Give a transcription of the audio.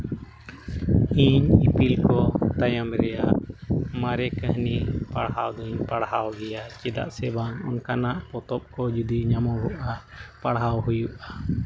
ᱤᱧ ᱤᱯᱤᱞ ᱠᱚ ᱛᱟᱭᱚᱢ ᱨᱮᱭᱟᱜ ᱢᱟᱨᱮ ᱠᱟᱹᱦᱱᱤ ᱯᱟᱲᱦᱟᱣ ᱫᱚᱧ ᱯᱟᱲᱦᱟᱣ ᱜᱮᱭᱟ ᱪᱮᱫᱟᱜ ᱥᱮ ᱵᱟᱝ ᱚᱱᱠᱟᱱᱟᱜ ᱯᱚᱛᱚᱵ ᱠᱚ ᱡᱩᱫᱤ ᱧᱟᱢᱚᱜᱚᱜᱼᱟ ᱯᱟᱲᱦᱟᱣ ᱦᱩᱭᱩᱜᱼᱟ